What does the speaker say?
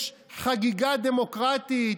יש חגיגה דמוקרטית,